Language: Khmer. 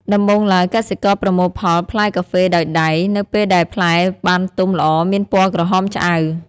ដំបូងឡើយ កសិករប្រមូលផលផ្លែកាហ្វេដោយដៃ នៅពេលដែលផ្លែបានទុំល្អមានពណ៌ក្រហមឆ្អៅ។